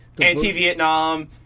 Anti-Vietnam